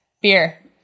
beer